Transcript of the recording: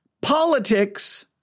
politics